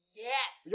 yes